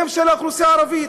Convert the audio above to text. שהם של האוכלוסייה הערבית.